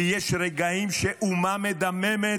כי יש רגעים שאומה מדממת.